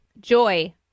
Joy